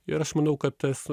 ir aš manau kad tas